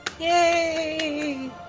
Yay